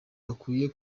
bakwiye